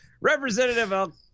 Representative